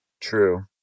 True